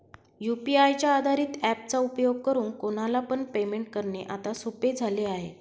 UPI च्या आधारित app चा उपयोग करून कोणाला पण पेमेंट करणे आता सोपे झाले आहे